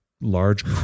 large